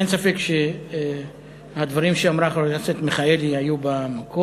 אין ספק שהדברים שאמרה חברת הכנסת מיכאלי היו במקום,